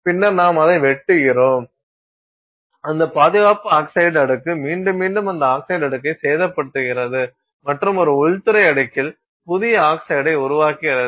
பின்னர் நாம் அதை வெட்டுகிறோம் அந்த பாதுகாப்பு ஆக்சைடு அடுக்கு மீண்டும் மீண்டும் அந்த ஆக்சைடு அடுக்கை சேதப்படுத்துகிறது மற்றும் ஒரு உள்துறை அடுக்கில் புதிய ஆக்சைடை உருவாக்குகிறது